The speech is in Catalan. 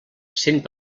cent